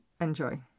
Enjoy